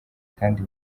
kandi